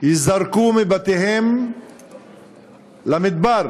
ייזרקו מבתיהן למדבר,